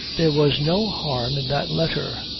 there was no harm in that letter.